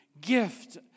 gift